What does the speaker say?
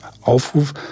Aufruf